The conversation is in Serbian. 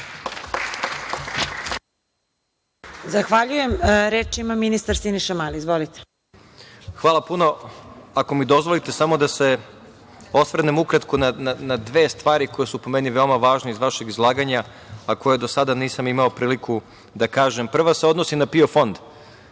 Zahvaljujem. Reč ima ministar, Siniša Mali. Izvolite. **Siniša Mali** Hvala puno. Ako mi dozvolite samo da se osvrnem ukratko na dve stvari koje su po meni veoma važne iz vašeg izlaganja, a koje do sada nisam imao priliku da kažem. Prva se odnosi na PIO fond